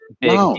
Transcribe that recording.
big